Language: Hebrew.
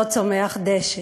לא צומח דשא.